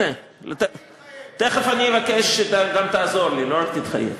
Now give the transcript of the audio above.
אני אתן לך את היד שלי לבעיה מדינית, אני מתחייב.